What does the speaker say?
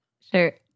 Sure